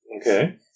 Okay